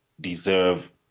deserve